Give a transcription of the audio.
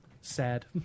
Sad